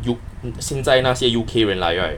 U 现在那些 U_K 人来 right